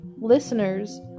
listeners